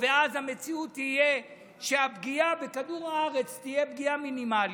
ואז המציאות תהיה שהפגיעה בכדור הארץ תהיה פגיעה מינימלית,